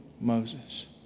Moses